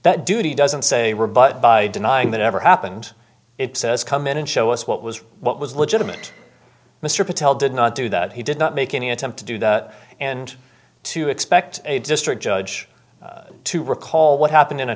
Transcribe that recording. that duty doesn't say we're but by denying that ever happened it says come in and show us what was what was legitimate mr patel did not do that he did not make any attempt to do that and to expect a district judge to recall what happened in a